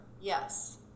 yes